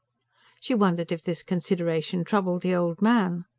she wondered if this consideration troubled the old man.